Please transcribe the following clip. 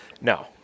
No